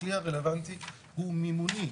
הכלי הרלוונטי הוא מימוני.